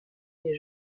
des